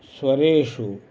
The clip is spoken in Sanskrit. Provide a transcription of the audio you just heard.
स्वरेषु